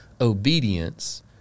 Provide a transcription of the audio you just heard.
obedience